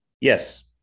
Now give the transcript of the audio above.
Yes